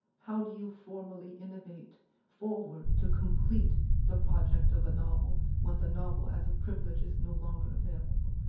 how do you formally innovate forward to complete the project of a novel when the novel as a privilege is no longer available?